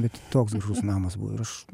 bet toks gražus namas buvo ir aš